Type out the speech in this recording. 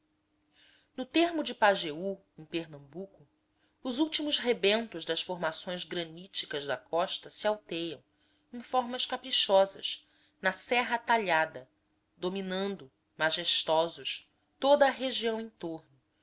no termo de pajeú em pernambuco os últimos rebentos das formações graníticas da costa se alteiam em formas caprichosas na serra talhada dominando majestosos toda a região